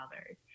others